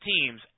teams